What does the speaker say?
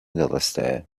درسته